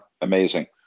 Amazing